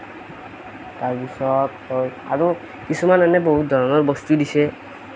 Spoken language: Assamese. তাৰপিছত আৰু কিছুমান এনে বহুত ধৰণৰ বস্তু দিছে